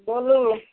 बोलू